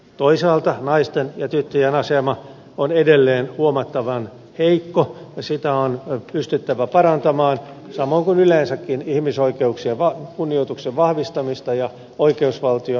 toisaalta naisten ja tyttöjen asema on edelleen huomattavan heikko ja sitä on pystyttävä parantamaan samoin kuin yleensäkin ihmisoikeuksien kunnioituksen vahvistamista ja oikeusvaltion perustaa